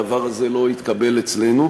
הדבר הזה לא התקבל אצלנו.